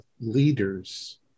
leaders